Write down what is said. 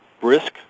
brisk